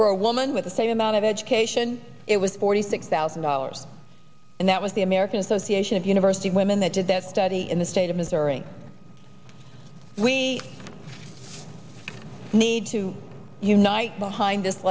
for a woman with the same amount of education it was forty six thousand dollars and that was the american association of university women that did that study in the state of missouri we need to unite behind this